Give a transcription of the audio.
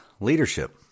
Leadership